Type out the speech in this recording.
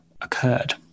occurred